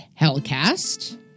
hellcast